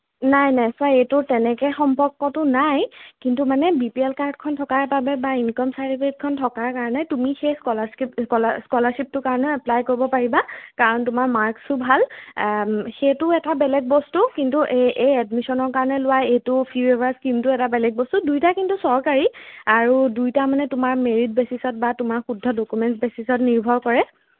নাই নাই চোৱা এইটো তেনেকৈ সম্ভৱ ক'তো নাই কিন্তু মানে বি পি এল কাৰ্ডখন থকাৰ বাবে বা ইনকম চাৰ্টিফিকেটখন থকাৰ কাৰণে তুমি সেই স্কলাৰশ্বিপটো কাৰণে এপ্লাই কৰিব পাৰিবা কাৰণ তোমাৰ মাৰ্কচো ভাল সেইটো এটা বেলেগ বস্তু কিন্তু এই এই এডমিশ্যনৰ কাৰণে লোৱা এইটো ফি ৱেইভাৰ স্কীমটো এটা বেলেগ বস্তু দুইটা কিন্তু চৰকাৰী আৰু দুইটা মানে তোমাৰ মেৰিট বেচিচত বা তোমাৰ শুদ্ধ ডকুমেণ্টচ বেচিচত নিৰ্ভৰ কৰে